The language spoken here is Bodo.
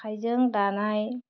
आखाइजों दानाय